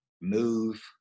move